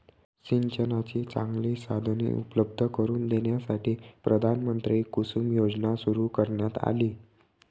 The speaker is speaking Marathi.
सिंचनाची चांगली साधने उपलब्ध करून देण्यासाठी प्रधानमंत्री कुसुम योजना सुरू करण्यात आली